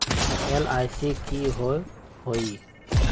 LIC की होअ हई?